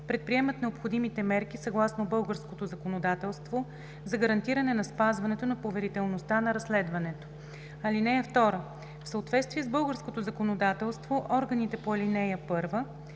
предприемат необходимите мерки съгласно българското законодателство за гарантиране на спазването на поверителността на разследването. (2) В съответствие с българското законодателство органите по ал. 1